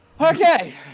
Okay